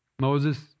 Moses